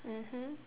mmhmm